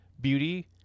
beauty